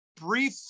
brief